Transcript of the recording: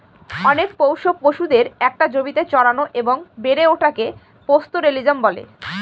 অনেক পোষ্য পশুদের একটা জমিতে চড়ানো এবং বেড়ে ওঠাকে পাস্তোরেলিজম বলে